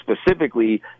specifically